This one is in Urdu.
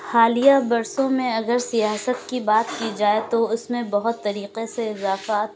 حالیہ برسوں میں اگر سیاست کی بات کی جائے تو اس میں بہت طریقے سے اضافات